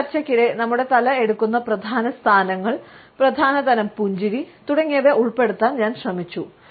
എന്റെ ചർച്ചയ്ക്കിടെ നമ്മുടെ തല എടുക്കുന്ന പ്രധാന സ്ഥാനങ്ങൾ പ്രധാന തരം പുഞ്ചിരി തുടങ്ങിയവ ഉൾപ്പെടുത്താൻ ഞാൻ ശ്രമിച്ചു